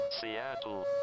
Seattle